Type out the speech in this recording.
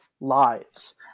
lives